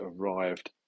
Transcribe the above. arrived